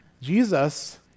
Jesus